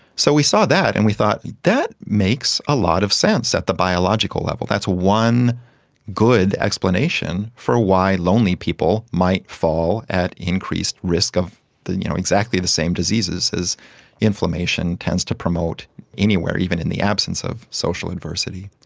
so we saw that and we thought that makes a lot of sense at the biological level, that's one good explanation for why lonely people might fall at increased risk of you know exactly the same diseases as inflammation tends to promote anywhere, even in the absence of social adversity.